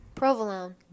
Provolone